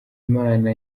imana